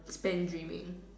spent dreaming